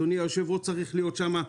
אדוני היושב-ראש צריך להיות שם.